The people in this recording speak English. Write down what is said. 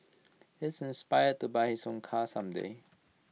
he is inspired to buy his own car some day